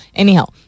anyhow